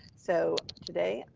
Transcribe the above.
so today,